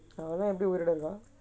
இருக்கு:irukku